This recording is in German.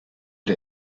der